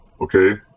Okay